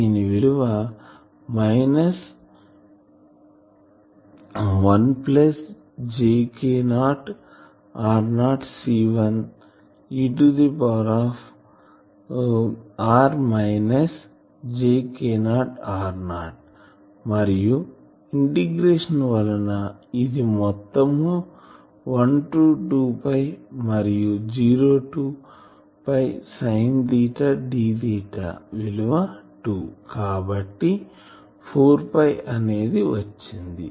దీని విలువ minus 1 plus jK0 r0 C1 e to the power r minus jk0 r0 మరియు integration వలన ఇది మొత్తం 1 టూ 2 మరియు 0టూ సైన్ తీటా d తీటా విలువ 2 కాబట్టి 4 అనేది వచ్చింది